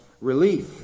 relief